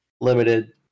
limited